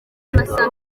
amasaha